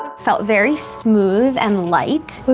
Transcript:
felt very smooth and light.